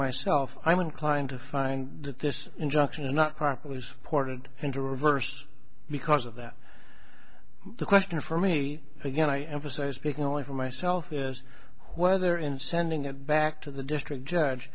myself i'm inclined to find that this injunction is not proper was poured into reverse because of that the question for me again i emphasize speaking only for myself whether in sending it back to the district judge